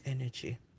energy